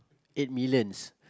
eight millions